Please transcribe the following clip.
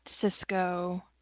Cisco